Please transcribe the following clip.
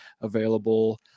available